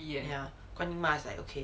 ya 观音妈 is like okay